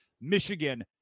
Michigan